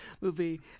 movie